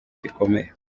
gikomeye